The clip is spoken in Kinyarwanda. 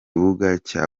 bugesera